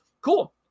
Cool